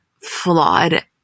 flawed